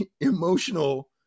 emotional